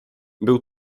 był